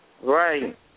Right